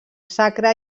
sacre